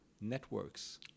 networks